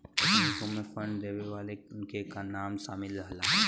तकनीकों मे फंड देवे वाले के नाम सामिल रहला